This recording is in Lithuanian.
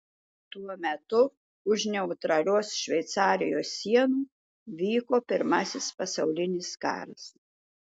tuo metu už neutralios šveicarijos sienų vyko pirmasis pasaulinis karas